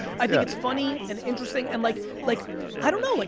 i think it's funny and interesting. and like like i don't know, like